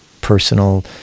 personal